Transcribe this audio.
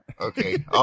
okay